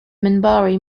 minbari